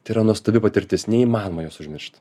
tai yra nuostabi patirtis neįmanoma jos užmiršt